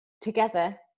together